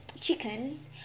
chicken